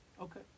Okay